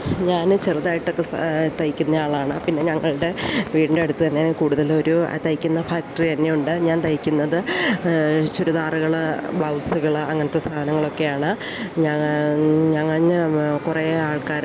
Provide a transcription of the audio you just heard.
ഞാനും ചെറുതായിട്ടൊക്കെ തയ്ക്കുന്ന ആളാണ് പിന്നെ ഞങ്ങളുടെ വീടിന്റെ അടുത്തു തന്നെ കൂടുതൽ ഒരു തയ്ക്കുന്ന ഫാക്ടറി തന്നെയുണ്ട് ഞാൻ തയ്ക്കുന്നത് ചുരിദാറുകൾ ബ്ലൗസുകൾ അങ്ങനത്തെ സാധനങ്ങൾ ഒക്കെയാണ് ഞാൻ ഞാൻ കുറെ ആൾക്കാർ